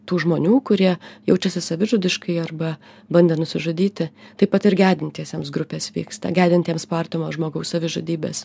tų žmonių kurie jaučiasi savižudiškai arba bandė nusižudyti taip pat ir gedintiesiems grupės vyksta gedintiems po artimo žmogaus savižudybės